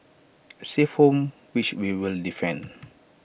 A safe home which we will defend